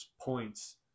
points